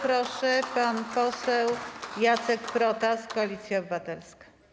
Proszę, pan poseł Jacek Protas, Koalicja Obywatelska.